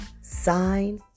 sign